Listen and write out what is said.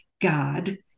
God